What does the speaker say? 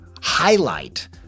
highlight